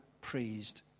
praised